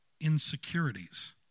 insecurities